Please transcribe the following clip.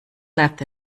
left